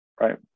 right